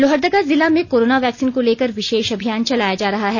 लोहरदगा जिला में corona vaccine को लेकर विशेष अभियान चलाया जा रहा है